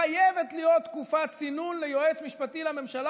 חייבת להיות תקופת צינון ליועץ המשפטי לממשלה